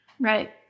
Right